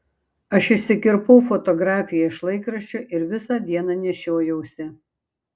aš išsikirpau fotografiją iš laikraščio ir visą dieną nešiojausi